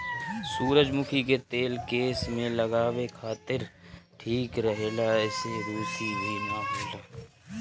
सुजरमुखी के तेल केस में लगावे खातिर ठीक रहेला एसे रुसी भी ना होला